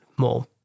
More